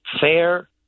fair